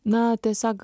na tiesiog